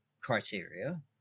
criteria